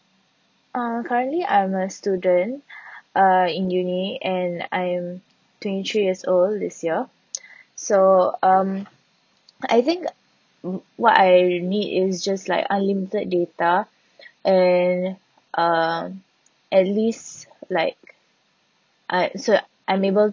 uh currently I'm a student uh in uni and I am twenty three years old this year so um I think mm what I need is just like unlimited data and uh at least like I so I'm able